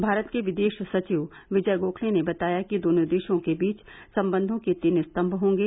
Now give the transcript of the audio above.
भारत के विदेश सचिव विजय गोखले ने बताया कि दोनों देशों के बीच संबंधों के तीन स्तंभ होंगे